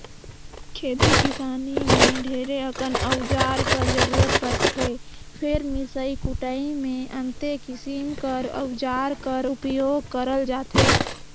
खेती किसानी मे ढेरे अकन अउजार कर जरूरत परथे फेर मिसई कुटई मे अन्ते किसिम कर अउजार कर उपियोग करल जाथे